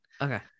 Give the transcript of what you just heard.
Okay